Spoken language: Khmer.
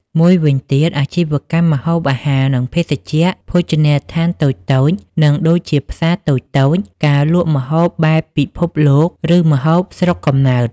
មួយវិញទៀត អាជីវកម្មម្ហូបអាហារ និងភេសជ្ជៈភោជនីយដ្ឋានតូចៗ និងដូចជាផ្សារតូចៗ ការលក់ម្ហូបបែបពិភពលោក ឬម្ហូបស្រុកកំណើត។